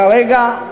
כרגע,